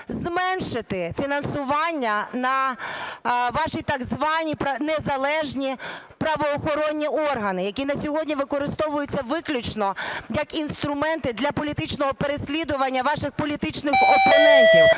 зменшити фінансування на ваші так звані незалежні правоохоронні органи, які на сьогодні використовуються виключно як інструменти для політичного переслідування ваших політичних опонентів,